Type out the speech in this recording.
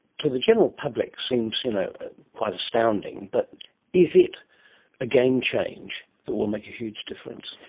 to the general public seems you know quite astounding, but is it a game-change that will make a huge difference?